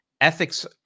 ethics